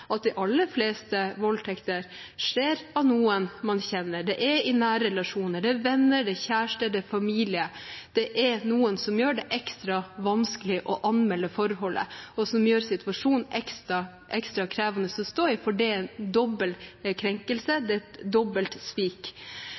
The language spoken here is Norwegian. at de aller fleste voldtekter begås av noen man kjenner, i nære relasjoner – venner, kjæreste eller familie. Det gjør det ekstra vanskelig å anmelde forholdet, og situasjonen blir ekstra krevende å stå i, for det er dobbel krenkelse og dobbelt svik.